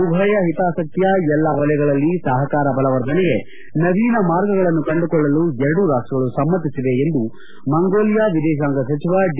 ಉಭಯ ಹಿತಾಸಕ್ತಿಯ ಎಲ್ಲ ವಲಯಗಳಲ್ಲಿ ಸಹಕಾರ ಬಲವರ್ಧನೆಗೆ ನವೀನ ಮಾರ್ಗಗಳನ್ನು ಕಂಡುಕೊಳ್ಳಲು ಎರಡೂ ರಾಷ್ಲಗಳು ಸಮ್ನತಿಸಿವೆ ಎಂದು ಮಂಗೋಲಿಯಾ ವಿದೇಶಾಂಗ ಸಚಿವ ಡಿ